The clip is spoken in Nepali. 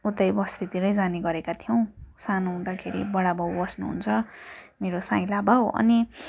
उतै बस्तीतिरै जाने गरेका थियौँ सानो हुँदाखेरि बडाबाउ बस्नुहुन्छ मेरो साइँला बाउ अनि